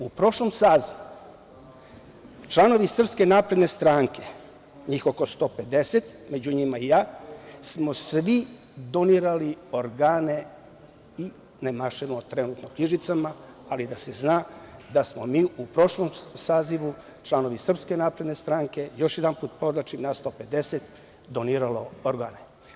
U prošlom sazivu članovi SNS, njih oko 150, među njima i ja smo svi donirali organe i ne mašemo trenutno knjižicama, ali da se zna da smo mi u prošlom sazivu članovi SNS, još jedanput podvlačim, nas 150 doniralo organe.